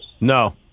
No